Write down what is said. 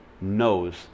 knows